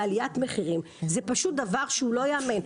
בעליית מחירים זה פשוט דבר שהוא לא ייאמן.